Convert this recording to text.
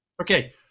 Okay